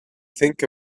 think